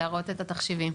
להראות את התחשיבים,